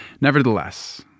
Nevertheless